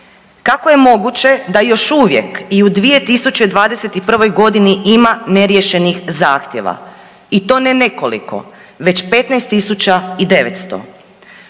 Kako je moguće da još uvijek i u 2021.g. ima neriješenih zahtjeva i to ne nekoliko već 15.900?